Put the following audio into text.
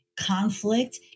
conflict